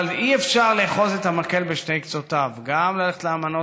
אבל אי-אפשר לאחוז את המקל בשתי קצותיו: גם ללכת לאמנות